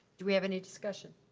do we have any discussion?